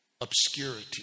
obscurity